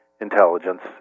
intelligence